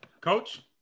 Coach